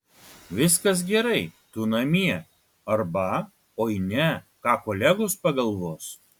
viskas gerai tu namie arba oi ne ką kolegos pagalvos